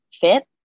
fit